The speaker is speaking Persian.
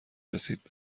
رسید